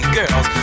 girls